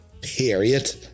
period